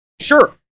Sure